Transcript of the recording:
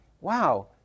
wow